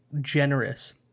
Generous